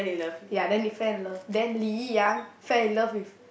ya then they fell in love then Lin Yi Yang fell in love with